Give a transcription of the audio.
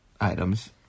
items